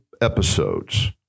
episodes